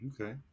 Okay